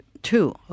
two